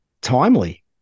timely